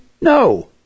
No